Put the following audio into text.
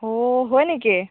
অ' হয় নেকি